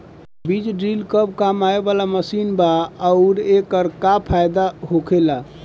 बीज ड्रील कब काम आवे वाला मशीन बा आऊर एकर का फायदा होखेला?